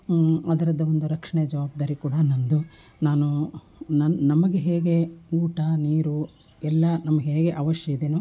ಅದರದ್ದೊಂದು ರಕ್ಷಣೆ ಜವಾಬ್ದಾರಿ ಕೂಡ ನನ್ನದು ನಾನು ನನ್ನ ನಮಗೆ ಹೇಗೆ ಊಟ ನೀರು ಎಲ್ಲ ನಮ್ಗೆ ಹೇಗೆ ಅವಶ್ಯ ಇದೆನೋ